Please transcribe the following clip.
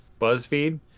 Buzzfeed